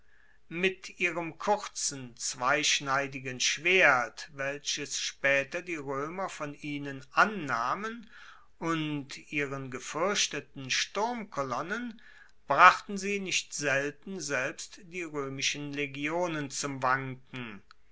mit ihrem kurzen zweischneidigen schwert welches spaeter die roemer von ihnen annahmen und ihren gefuerchteten sturmkolonnen brachten sie nicht selten selbst die roemischen legionen zum wanken